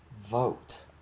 vote